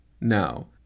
Now